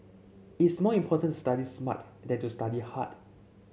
it's more important study smart than to study hard